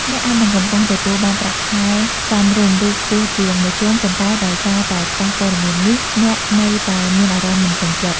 អ្នកអាចនឹងកំពុងទទួលបានប្រាក់ខែសមរម្យ ឬខ្ពស់ជាងមធ្យម ប៉ុន្តែដោយសារតែខ្វះព័ត៌មាននេះ អ្នកនៅតែមានអារម្មណ៍មិនពេញចិត្ត។